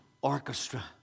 orchestra